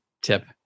tip